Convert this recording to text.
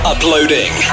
Uploading